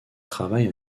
travaille